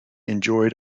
enjoyed